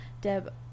Deb